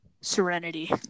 Serenity